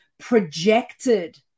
projected